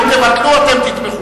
אם תבטלו, אתם תתמכו.